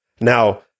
Now